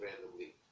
randomly